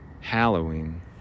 Halloween